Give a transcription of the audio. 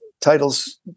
titles